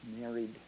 married